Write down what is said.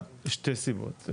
משתי סיבות: